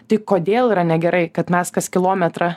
tai kodėl yra negerai kad mes kas kilometrą